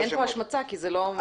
אין כאן השמצה כי היא לא נקבה בשמות.